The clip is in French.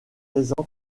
présente